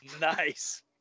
Nice